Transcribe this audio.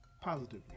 positively